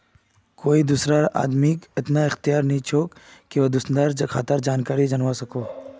कोए भी दुसरा आदमीक इरा अख्तियार नी छे व्हेन कहारों खातार जानकारी दाखवा सकोह